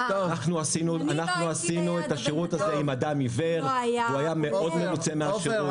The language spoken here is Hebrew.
אנחנו עשינו את השירות הזה עם אדם עיוור שהיה מאוד מרוצה מהשירות.